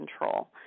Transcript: control